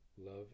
Love